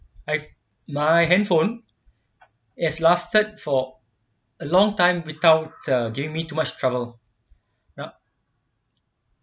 if my handphone is lasted for a long time without uh giving me too much trouble you know